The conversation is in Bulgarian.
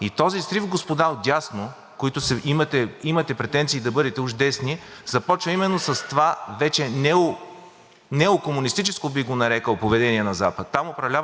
неокомунистическо, бих го нарекъл, поведение на Запада. Там управляват корпорации. Там всичко е в името на икономиката и на търговията. Точно както, между другото, са били комунистическите лозунги.